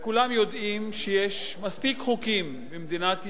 כולם יודעים שיש מספיק חוקים במדינת ישראל,